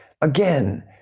again